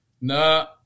No